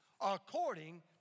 according